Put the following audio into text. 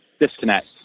disconnect